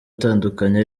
atandukanye